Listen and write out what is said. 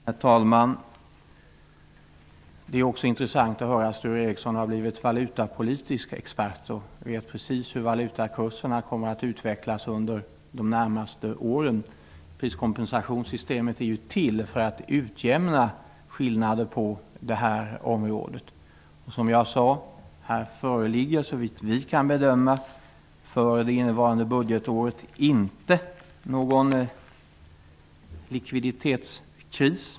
Herr talman! Det är intressant att höra att Sture Ericson också har blivit valutapolitisk expert och vet precis hur valutakurserna kommer att utvecklas under de närmaste åren. Priskompensationssystemet är ju till för att utjämna skillnader på detta område. Som jag sade föreligger det, såvitt vi kan bedöma, inte någon likviditetskris för det innevarande budgetåret.